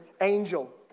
angel